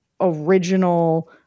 original